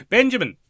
Benjamin